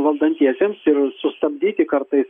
valdantiesiems ir sustabdyti kartais